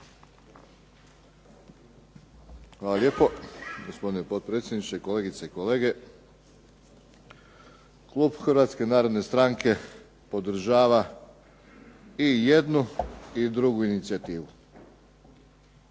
Hvala lijepo gospodine potpredsjedniče, kolegice i kolege. Klub Hrvatske narodne stanke podržava i jednu i drugu inicijativu.